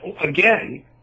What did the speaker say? again